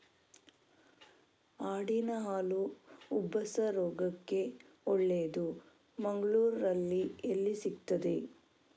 ಆಡಿನ ಹಾಲು ಉಬ್ಬಸ ರೋಗಕ್ಕೆ ಒಳ್ಳೆದು, ಮಂಗಳ್ಳೂರಲ್ಲಿ ಎಲ್ಲಿ ಸಿಕ್ತಾದೆ?